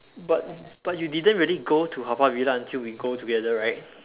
but but you didn't really go to Haw Par Villa until we go together right